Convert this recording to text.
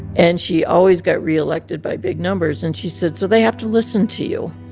and she always got reelected by big numbers. and she said, so they have to listen to you.